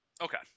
Okay